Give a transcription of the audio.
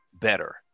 better